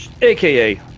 aka